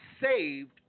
saved